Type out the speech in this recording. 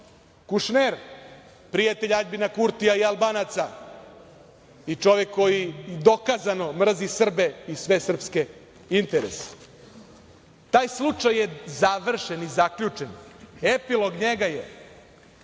Kušner, prijatelj Aljbina Kurtija i Albanaca i čovek koji dokazano mrzi Srbe i sve srpske interese. Taj slučaj je završen i zaključen, epilog njega je